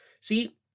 See